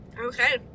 Okay